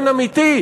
באופן אמיתי,